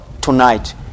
tonight